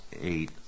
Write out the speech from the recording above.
eight